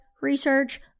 research